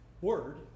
word